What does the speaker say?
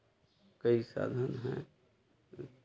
कई साधन हैं